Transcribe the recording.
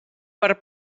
per